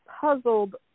puzzled